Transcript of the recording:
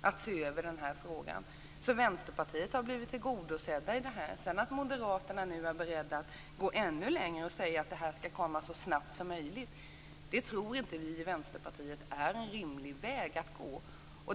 att se över frågan, så Vänsterpartiets krav har blivit tillgodosedda här. Att Moderaterna nu är beredda att gå ännu längre - att det här skall komma så snabbt som möjligt - tror inte vi i Vänsterpartiet är en rimlig väg att gå.